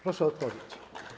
Proszę o odpowiedź.